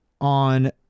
on